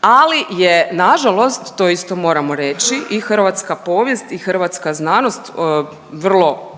ali je nažalost, to isto moramo reći, i hrvatska povijest i hrvatska znanost vrlo